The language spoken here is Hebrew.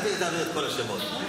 את כל השמות.